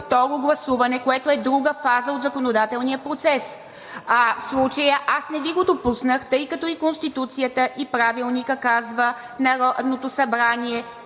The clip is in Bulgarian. второ гласуване, което е друга фаза от законодателния процес. В случая аз не Ви го допуснах, тъй като и Конституцията, и Правилникът казва: „Народното събрание